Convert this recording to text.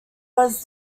was